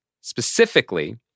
Specifically